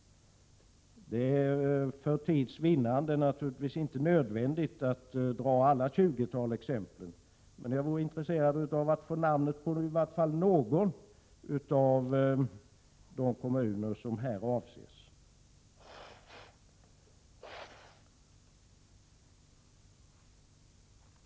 För tids vinnande är det naturligtvis inte nödvändigt att anföra alla 20 exemplen, men jag vore intresserad av att få veta namnet på i varje fall någon av de kommuner som här avses.